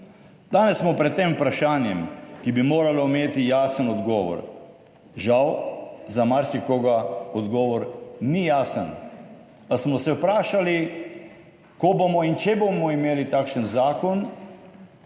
Danes smo pred tem vprašanjem, ki bi moralo imeti jasen odgovor. Žal, za marsikoga odgovor ni jasen. Ali smo se vprašali, ko bomo in če bomo imeli takšen zakon,